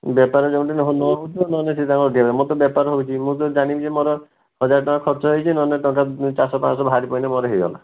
ବେପାର ଯୋଉ ଦିନ ନ ହେଉଥିବ ନ ହେଲେ ସେ ତାଙ୍କର ଠିଆ ହେବେ ମୋର ବେପାର ହେଉଛି ମୁଁ ତ ଜାଣିଲି ଯେ ମୋର ହଜାରେ ଟଙ୍କା ଖର୍ଚ୍ଚ ହେଇଛି ନ ହେଲେ ଟଙ୍କା ଚାରିଶହ ପାଞ୍ଚଶହ ବାହାରି ପଡ଼ିଲେ ମୋର ହେଇଗଲା